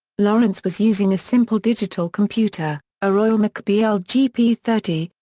lorenz was using a simple digital computer, a royal mcbee ah lgp thirty,